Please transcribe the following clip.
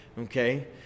Okay